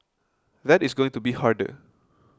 that is going to be harder